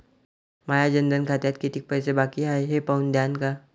माया जनधन खात्यात कितीक पैसे बाकी हाय हे पाहून द्यान का?